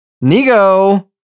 Nego